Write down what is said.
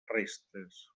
restes